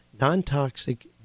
non-toxic